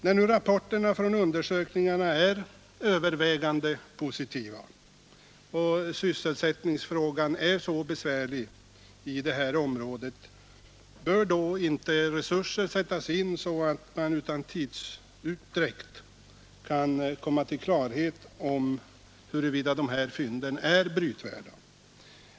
När nu rapporterna från undersökningarna är övervägande positiva och sysselsättningsfrågan så besvärlig i området, bör resurser sättas in så att man utan tidsutdräkt kan komma till klarhet om huruvida fyndigheterna är brytvärda.